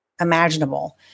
imaginable